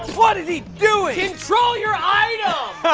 what is he doing? control your item!